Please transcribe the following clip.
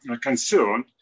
concern